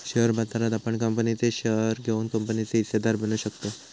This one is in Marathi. शेअर बाजारात आपण कंपनीचे शेअर घेऊन कंपनीचे हिस्सेदार बनू शकताव